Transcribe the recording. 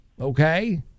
Okay